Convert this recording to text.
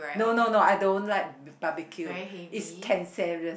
no no no I don't like barbecue is cancerous